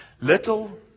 Little